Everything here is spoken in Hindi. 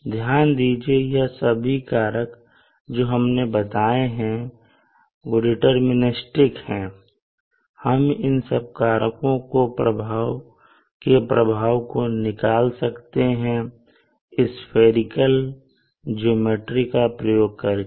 ध्यान दीजिए यह सभी कारक जो हमने बताए हैं डिटर्मनिस्टिक है हम इन सभी कारकों के प्रभाव को निकाल सकते हैं स्फेरिकल ज्योमेट्री का प्रयोग करके